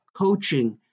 coaching